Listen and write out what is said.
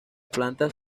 plantas